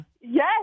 yes